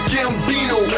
Gambino